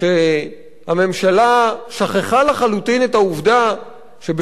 שהממשלה שכחה לחלוטין את העובדה שבשנות